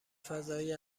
فضای